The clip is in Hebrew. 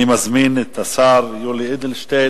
אני מזמין את השר יולי אדלשטיין,